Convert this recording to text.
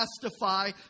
testify